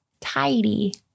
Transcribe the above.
tidy